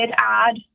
add